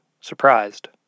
surprised